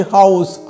House